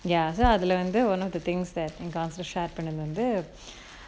ya so அதுல வந்து:athula vanthu one of the things that இங்க:inga share பண்ணது வந்து:pannathu vanthu